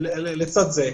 לצד זה,